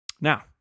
Now